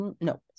no